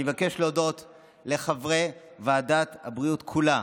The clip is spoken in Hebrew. אני מבקש להודות לחברי ועדת הבריאות כולה